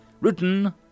Written